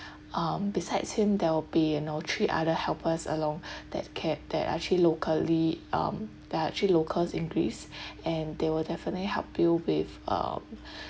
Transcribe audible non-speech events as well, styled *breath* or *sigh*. um besides him there'll be you know three other helpers along *breath* that can that are actually locally um they are actually locals in greece *breath* and they will definitely help you with um